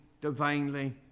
divinely